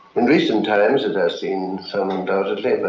in recent times it has seen some undoubtedly, but